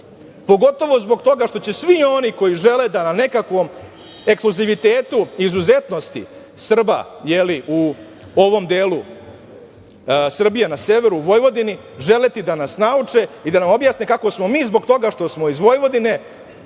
pogotovo zbog toga što će svi oni koji žele da nam nekakvom ekskluzivitetu i izuzetnosti Srba, je li, u ovom delu Srbije, na severu, u Vojvodini, želeti da nas nauče i da nam objasne kako smo mi zbog toga što smo iz Vojvodine